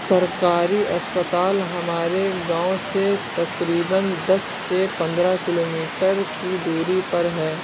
سرکاری اسپتال ہمارے گاؤں سے تقریباً دس سے پندرہ کلو میٹر کی دوری پر ہے